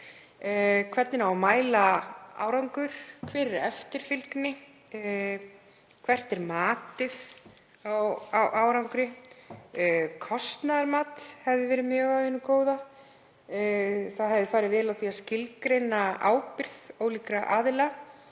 hvernig ætti að mæla árangur, hver væri eftirfylgni og hvert væri matið á árangri. Kostnaðarmat hefði verið mjög af hinu góða. Vel hefði farið á því að skilgreina ábyrgð ólíkra aðila.